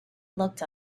looked